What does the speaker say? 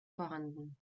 vorhanden